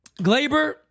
Glaber